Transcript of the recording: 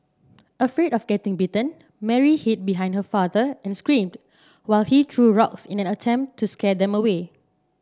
afraid of getting bitten Mary hid behind her father and screamed while he threw rocks in an attempt to scare them away